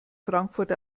frankfurt